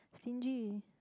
stingy